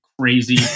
crazy